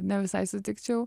ne visai sutikčiau